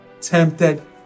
tempted